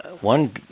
one